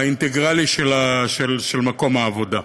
האינטגרלי של מקום העבודה.